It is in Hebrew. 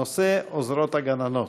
הנושא: עוזרות הגננות.